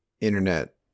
internet